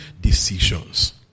decisions